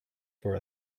for